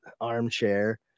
armchair